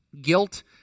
Guilt